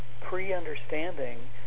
pre-understanding